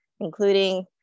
including